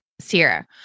Sierra